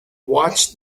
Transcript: watched